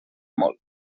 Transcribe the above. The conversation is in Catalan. molt